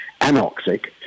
anoxic